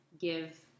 give